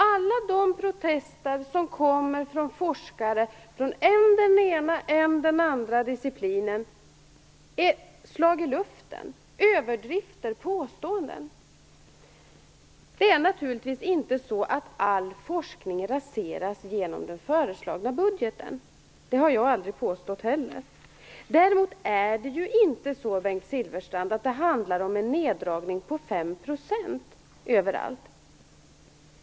Alla de protester som kommer från forskare från än den ena, än den andra disciplinen är slag i luften - överdrifter, påståenden. Det är naturligtvis inte så att all forskning raseras genom den föreslagna budgeten. Det har jag heller aldrig påstått. Däremot är det ju inte så, Bengt Silfverstrand, att det handlar om en neddragning om 5 % överallt.